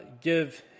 give